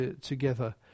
together